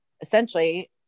essentially